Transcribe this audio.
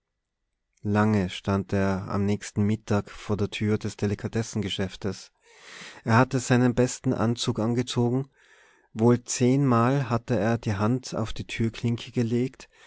lange stand er am nächsten mittag vor der tür des delikatessengeschäftes er hatte seinen besten anzug angezogen wohl zehnmal hatte er die hand auf die türklinke gelegt